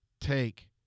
take